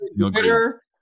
Twitter